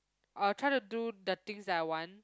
I will try to do the things that I want